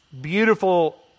beautiful